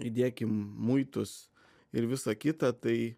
įdėkim muitus ir visa kita tai